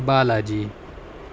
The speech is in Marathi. बालाजी